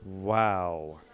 Wow